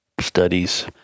studies